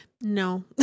no